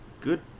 good